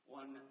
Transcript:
one